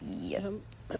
Yes